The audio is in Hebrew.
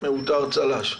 מעוטר צל"ש.